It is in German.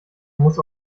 muss